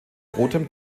rotem